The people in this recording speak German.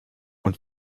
und